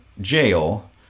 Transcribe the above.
jail